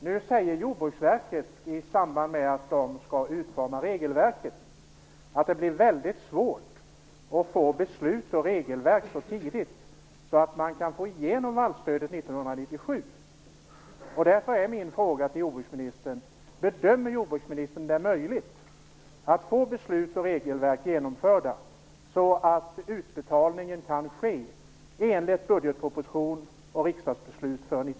Nu säger Jordbruksverket, i samband med att de skall utforma regelverket, att det blir mycket svårt att få beslut och regelverk klara så tidigt att man kan få igenom vallstödet 1997. Därför är min fråga till jordbruksministern: Bedömer jordbruksministern att det möjligt att få beslut och regelverk genomförda så att utbetalningen kan ske för 1997 enligt budgetpropositionen och riksdagsbeslutet?